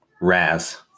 Raz